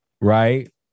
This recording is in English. right